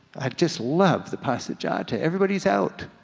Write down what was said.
i just love the passeggiata, everybody's out.